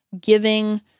giving